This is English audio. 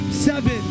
seven